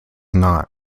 not